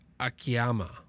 Akiyama